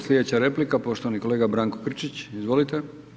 Slijedeća replika poštovani kolega Branko Grčić, izvolite.